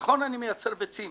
נכון שאני מייצר ביצים,